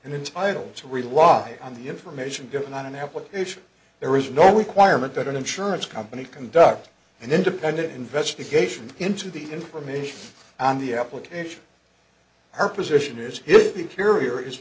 entitle to rely on the information given on an application there is no requirement that an insurance company conduct an independent investigation into the information on the application or position is